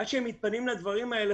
ועד שהם מתפנים לדברים האלה,